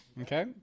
Okay